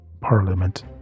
Parliament